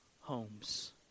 homes